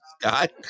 Scott